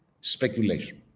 speculation